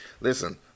Listen